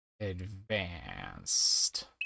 advanced